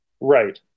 Right